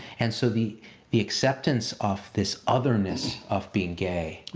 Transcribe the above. and so the the acceptance of this otherness of being gay,